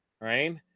right